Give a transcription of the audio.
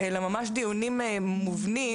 אלא ממש דיונים מובנים,